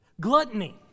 Gluttony